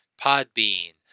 Podbean